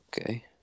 Okay